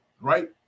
right